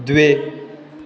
द्वे